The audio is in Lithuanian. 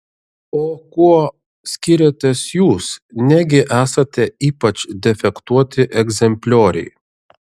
o kuo skiriatės jūs negi esate ypač defektuoti egzemplioriai